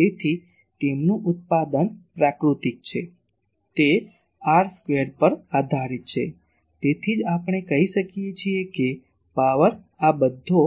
તેથી તેમનું ઉત્પાદન પ્રાકૃતિક છે તે r સ્ક્વેર પર આધારીત છે તેથી જ આપણે કહીએ છીએ કે પાવર આ બધો